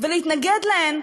ולהתנגד להן,